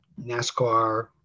NASCAR